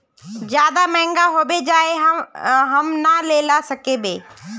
ज्यादा महंगा होबे जाए हम ना लेला सकेबे?